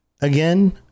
again